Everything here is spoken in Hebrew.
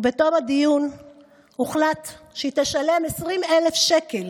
ובתום הדיון הוחלט שהיא תשלם 20,000 שקל